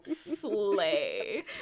Slay